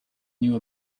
knew